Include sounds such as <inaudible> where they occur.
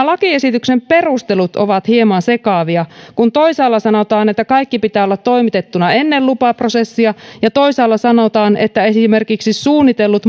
<unintelligible> lakiesityksen perustelut ovat hieman sekavia kun toisaalla sanotaan että kaikki pitää olla toimitettuna ennen lupaprosessia ja toisaalla sanotaan että esimerkiksi suunnitellut <unintelligible>